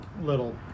little